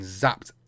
zapped